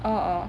orh orh